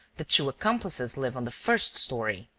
the two accomplices live on the first story.